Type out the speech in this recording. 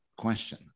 question